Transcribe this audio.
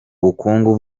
bukungu